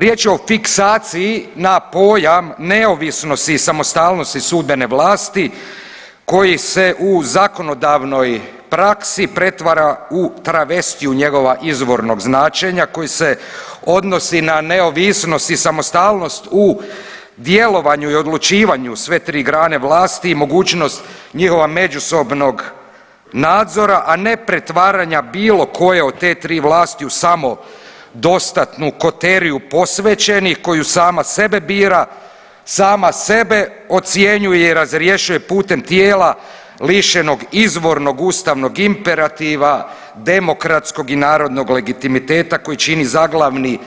Riječ je o fiksaciji na pojam neovisnosti i samostalnosti sudbene vlasti koje se u zakonodavnoj praksi pretvara u travestiju njegovog izvornog značenja koje se odnosi na neovisnost i samostalnost u djelovanju i odlučivanju sve tri grane vlasti, mogućnost njihova međusobnog nadzora, a ne pretvaranja bilo koje od te tri vlasti u samodostatnu koteriju posvećenih koju sama sebe bira, sama sebe ocjenjuje i razrješuje putem tijela lišenog izvornog ustavnog imperativna, demografskog i narodnog legitimiteta koji čini zaglavni